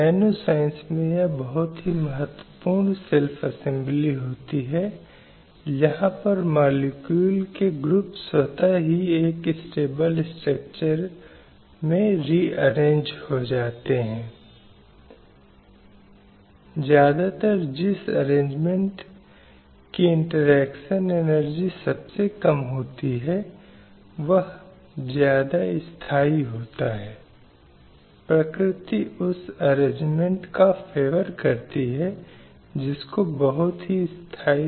हम पिछली बार महिलाओं के खिलाफ भेदभाव के सभी रूपों पर सम्मेलन की चर्चा कर रहे थे जिसे अंतर्राष्ट्रीय बिल ऑफ राइट्स के रूप में जाना जाता है जिसे 1979 में पारित किया गया था और 1993 में भारत द्वारा इसकी पुष्टि की गई थी